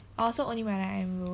orh so only when I enroll